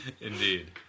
Indeed